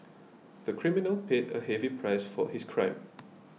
the criminal paid a heavy price for his crime